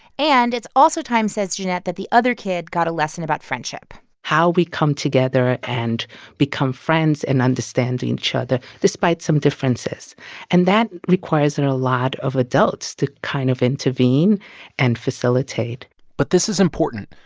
and it's also time, says jeanette, that the other kid got a lesson about friendship how we come together and become friends and understand each other despite some differences and that requires a lot of adults to kind of intervene and facilitate but this is important.